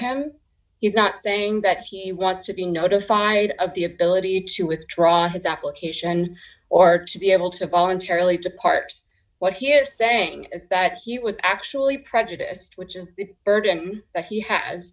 him he's not saying that he wants to be notified of the ability to withdraw his application or to be able to voluntarily to parse what he is saying is that he was actually prejudiced which is the burden that he has